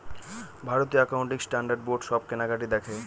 ভারতীয় accounting standard board সব কেনাকাটি দেখে